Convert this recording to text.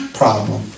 problem